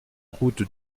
route